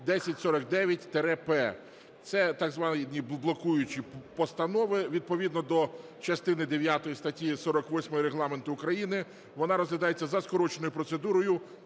1049-П. Це так звані блокуючі постанови. Відповідно до частини дев'ятої статті 48 Регламенту України вона розглядається за скороченою процедурою